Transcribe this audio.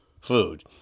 food